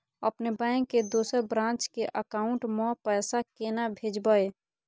अपने बैंक के दोसर ब्रांच के अकाउंट म पैसा केना भेजबै?